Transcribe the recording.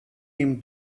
him